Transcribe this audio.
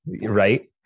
right